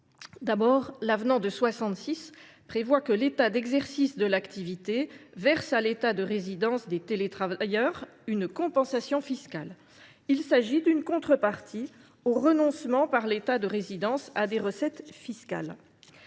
l’avenant de 1966 prévoit que l’État d’exercice de l’activité verse à l’État de résidence des télétravailleurs une compensation fiscale en contrepartie au renoncement par l’État de résidence à des recettes fiscales.